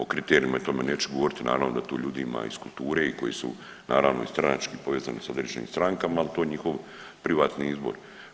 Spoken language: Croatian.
O kriterijima i tome neću govoriti, naravno da tu ljudi ima iz kulture i koji su naravno i stranački povezani sa određenim strankama, ali to je njihov privatni izbor.